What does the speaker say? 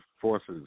forces